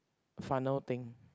funnel thing